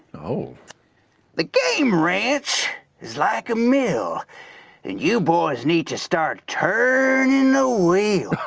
you know the game ranch is like a mill and you boys need to start turning the wheel.